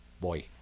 Boy